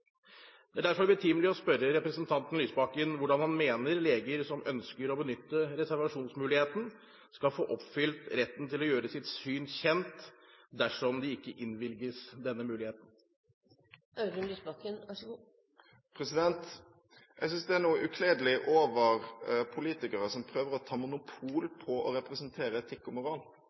Det er derfor betimelig å spørre representanten Lysbakken om hvordan han mener leger som ønsker å benytte reservasjonsmuligheten, skal få oppfylt retten til å gjøre sitt syn kjent, dersom de ikke innvilges denne muligheten. Jeg synes det er noe ukledelig over politikere som prøver å ta monopol på å representere etikk og moral.